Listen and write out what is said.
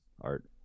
Art